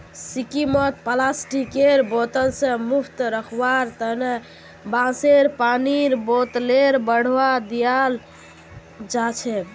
सिक्किमत प्लास्टिकेर बोतल स मुक्त रखवार तना बांसेर पानीर बोतलेर बढ़ावा दियाल जाछेक